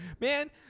Man